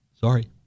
sorry